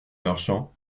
marchands